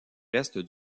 reste